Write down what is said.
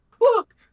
Look